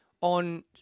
on